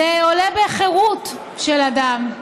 זה עולה בחירות של אדם.